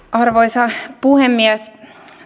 arvoisa puhemies